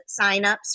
signups